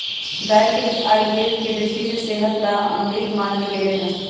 गाय के दूध आयुर्वेद के दृष्टि से सेहत ला अमृत मानल गैले है